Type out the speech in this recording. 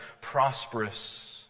prosperous